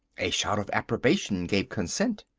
a shout of approbation gave consent.